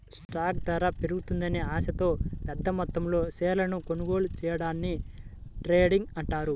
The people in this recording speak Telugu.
స్టాక్ ధర పెరుగుతుందనే ఆశతో పెద్దమొత్తంలో షేర్లను కొనుగోలు చెయ్యడాన్ని డే ట్రేడింగ్ అంటారు